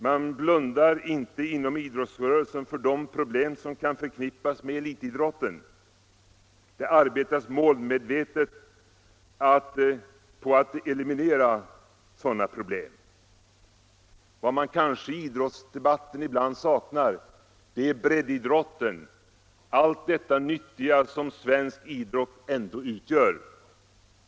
Man blundar inte inom idrottsrörelsen för de problem som kan förknippas med elitidrotten. Det arbetas målmedvetet på att eliminera sådana problem. Vad vi kanske i idrottsdebatten ibland saknar är breddidrotten, allt detta nyttiga som svensk idrott ändå utgör.